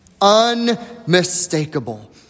Unmistakable